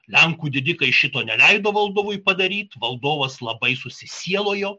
lenkų didikai šito neleido valdovui padaryt valdovas labai susisielojo